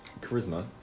charisma